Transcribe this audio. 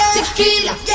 Tequila